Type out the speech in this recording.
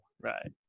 Right